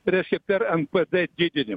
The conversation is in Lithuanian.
reiškia per npd didinimą